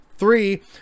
Three